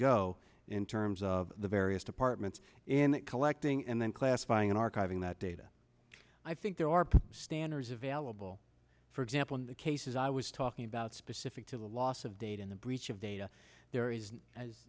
go in terms of the various departments in collecting and then classifying archiving that data i think there are standards available for example in the cases i was talking about specific to the loss of data in the breach of data there isn't as